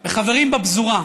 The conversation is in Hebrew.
בחברים בפזורה.